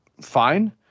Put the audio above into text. fine